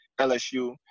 LSU